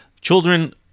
Children